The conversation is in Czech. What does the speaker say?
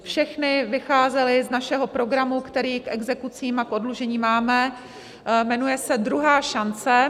Všechny vycházely z našeho programu, který k exekucím a k oddlužení máme, jmenuje se Druhá šance.